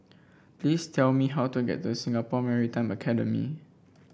please tell me how to get to Singapore Maritime Academy